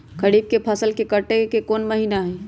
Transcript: खरीफ के फसल के कटे के कोंन महिना हई?